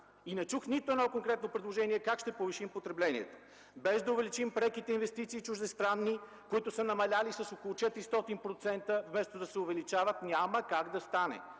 И не чух нито едно конкретно предложение как ще повишим потреблението. Без да увеличим преките чуждестранни инвестиции, които са намалели с около 400%, вместо да се увеличават – няма как да стане!